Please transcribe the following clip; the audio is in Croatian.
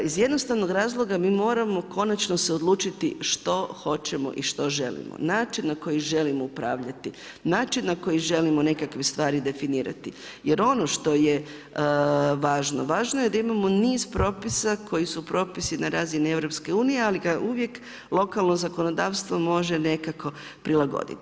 Iz jednostavnog razloga mi moramo konačno se odlučiti što hoćemo i što želimo, način na koji želimo upravljati, način na koji želimo nekakve stvari definirati jer ono što je važno, važno je da imamo niz propisa koji su propisi na razini Europske unije ali ga uvijek lokalno zakonodavstvo može nekako prilagoditi.